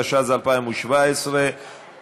התשע"ז 2017,